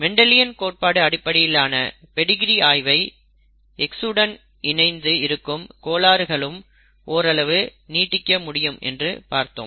Mendelian கோட்பாடு அடிப்படையிலான pedigree ஆய்வை X உடன் இணைத்து இருக்கும் கோளாறுகளுக்கும் ஓரளவு நீட்டிக்க முடியும் என்று பார்த்தோம்